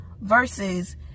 versus